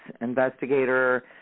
investigator